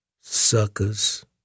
suckers